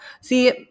See